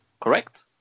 Correct